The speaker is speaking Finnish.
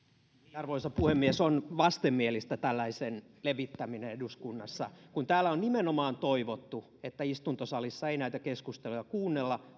arvoisa puhemies on vastenmielistä tällaisen levittäminen eduskunnassa kun täällä on nimenomaan toivottu että istuntosalissa ei näitä keskusteluja kuunnella